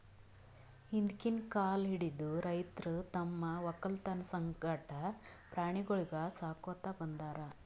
ಹಿಂದ್ಕಿನ್ ಕಾಲ್ ಹಿಡದು ರೈತರ್ ತಮ್ಮ್ ವಕ್ಕಲತನ್ ಸಂಗಟ ಪ್ರಾಣಿಗೊಳಿಗ್ ಸಾಕೋತ್ ಬಂದಾರ್